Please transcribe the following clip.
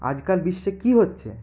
আজকাল বিশ্বে কী হচ্ছে